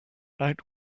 out